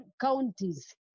counties